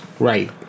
Right